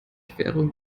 querung